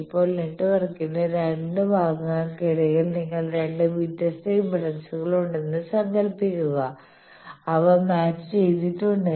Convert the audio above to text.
ഇപ്പോൾ നെറ്റ്വർക്കിന്റെ 2 ഭാഗങ്ങൾക്കിടയിൽ നിങ്ങൾക്ക് 2 വ്യത്യസ്ത ഇംപെഡൻസുകൾ ഉണ്ടെന്ന് സങ്കൽപ്പിക്കുക അവ മാച്ച് ചെയ്തിട്ടുണ്ട്